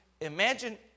Imagine